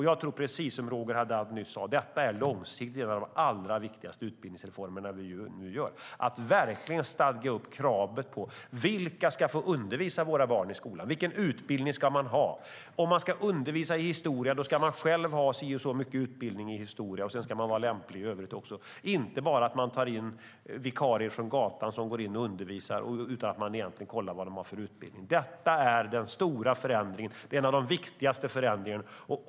Jag tror precis som Roger Haddad att det här långsiktigt är en av de allra viktigaste utbildningsreformer vi gör. Vi stadgar verkligen kraven på vilka som ska få undervisa våra barn i skolan och vilken utbildning de ska. Om man ska undervisa i historia ska man själv ha si och så mycket utbildning i historia. Sedan ska vederbörande vara lämplig i övrigt. Man kan inte bara ta in vikarier från gatan som får undervisa utan att man kollar vad de har för utbildning. Detta är den stora förändringen, en av de viktigaste förändringarna.